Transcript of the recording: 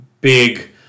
big